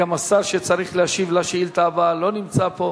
גם השר שצריך להשיב על השאילתא הבאה לא נמצא פה.